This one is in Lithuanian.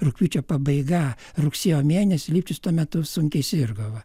rugpjūčio pabaiga rugsėjo mėnesį lipčius tuo metu sunkiai sirgo va